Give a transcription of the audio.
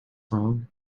wrong